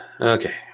Okay